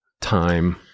time